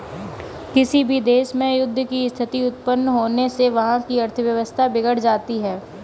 किसी भी देश में युद्ध की स्थिति उत्पन्न होने से वहाँ की अर्थव्यवस्था बिगड़ जाती है